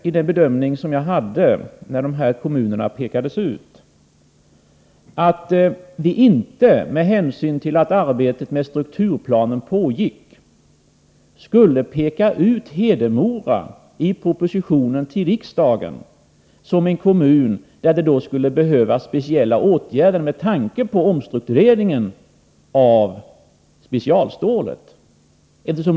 I den bedömning som jag hade att göra när kommuner pekades ut ville jag inte, med hänsyn till att arbetet med strukturplanen pågick, i propositionen till riksdagen peka ut Hedemora som en kommun där det skulle behövas speciella åtgärder med anledning av omstruktureringen av specialstålet.